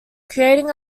creating